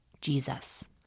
Jesus